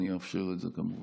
אני אאפשר את זה, כמובן.